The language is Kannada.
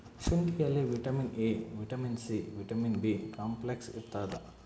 ಶುಂಠಿಯಲ್ಲಿ vitamin A vitamin C vitamin B complex ಇರ್ತಾದ